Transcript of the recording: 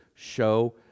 show